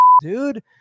dude